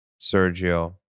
Sergio